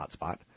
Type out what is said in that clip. hotspot